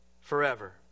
forever